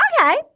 okay